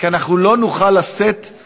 הוא לא היה מסבך אתכם בחוק הזה.